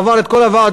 עבר את כל הוועדות,